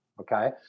Okay